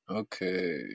Okay